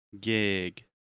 Gig